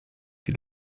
die